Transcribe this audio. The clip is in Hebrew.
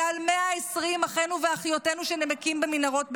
אלא על 120 אחינו ואחיותינו שנמקים במנהרות בעזה,